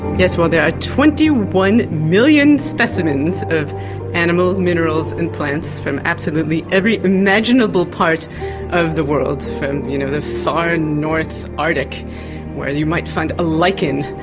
yes, well there are twenty one million specimens of animals, minerals and plants from absolutely every imaginable part of the world you know the far north arctic where you might find a lichen,